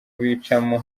bicamo